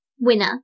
winner